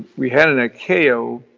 we had an cao,